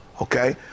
Okay